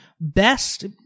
Best